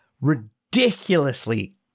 ridiculously